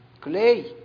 clay